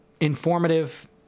informative